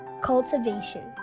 cultivation